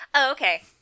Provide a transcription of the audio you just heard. okay